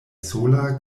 sola